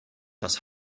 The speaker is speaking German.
das